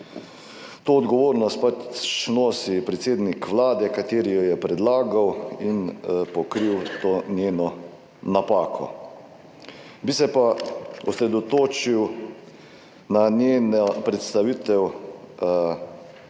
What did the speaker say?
to odgovornost pač nosi predsednik Vlade, kateri jo je predlagal in pokril to njeno napako. Bi se pa osredotočil na njeno predstavitev